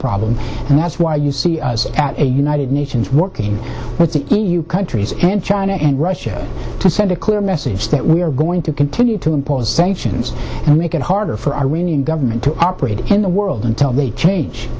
problem and that's why you see a united nations working with the e u countries and china and russia to send a clear message that we are going to continue to impose sanctions and make it harder for iranian government to operate in the world until they change